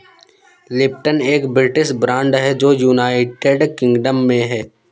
Lipton एक British brand है जो यूनाइटेड किंगडम में है